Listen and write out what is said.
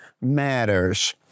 matters